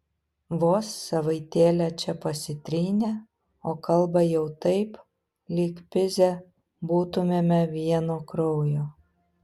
vos savaitėlę čia pasitrynė o kalba jau taip lyg pizė būtumėme vieno kraujo